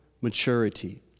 maturity